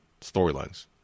storylines